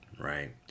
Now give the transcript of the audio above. right